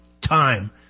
time